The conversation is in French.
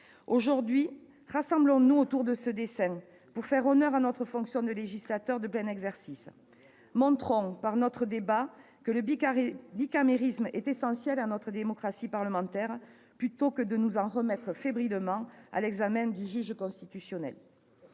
Aujourd'hui, rassemblons-nous autour de ce dessein, pour faire honneur à notre fonction de législateur de plein exercice. Montrons, par notre débat, que le bicamérisme est essentiel à notre démocratie parlementaire, plutôt que de nous en remettre fébrilement à l'examen du juge constitutionnel.